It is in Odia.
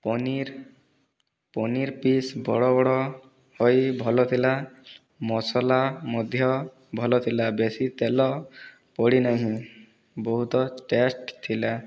ପନିର ପନିର ପିସ ବଡ଼ ବଡ଼ ହୋଇ ଭଲ ଥିଲା ମସଲା ମଧ୍ୟ ଭଲ ଥିଲା ବେଶି ତେଲ ପଡ଼ିନାହିଁ ବହୁତ ଟେଷ୍ଟ ଥିଲା